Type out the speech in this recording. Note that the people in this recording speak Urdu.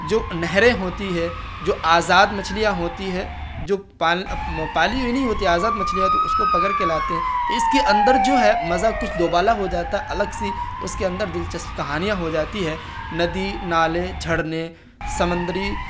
جو نہریں ہوتی ہے جو آزاد مچھلیاں ہوتی ہے جو پالی ہوئی نہیں ہوتی ہے آزاد مچھلیاں ہے تو اس کو پکڑ کر کے لاتے ہیں تو اس کے اندر جو ہے مزہ کچھ دو بالا ہو جاتا الگ سی اس کے اندر دلچسپ کہانیاں ہو جاتی ہے ندی نالے جھرنے سمندری